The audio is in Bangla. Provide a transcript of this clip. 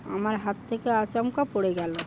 আমার হাত থেকে আচমকা পড়ে গেল